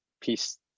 peace